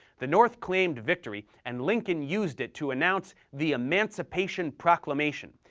the north claimed victory and lincoln used it to announce the emancipation proclamation,